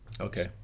Okay